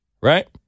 right